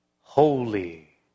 holy